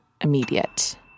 immediate